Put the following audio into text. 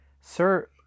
sir